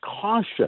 caution